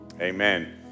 Amen